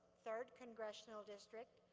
third congressional district.